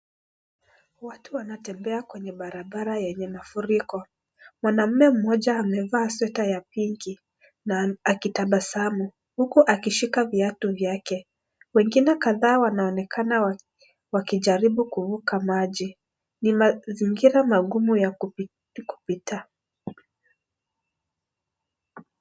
Watu wanatembea kwenye barabara yenye mafuriko. Mwanamme mmoja amevaa sweater ya pinki na akitabasamu huku akishika viatu vyake. Wengine kadhaa wanaonekana wakijaribu kuruka maji. Ni mazingira magumu ya kupita.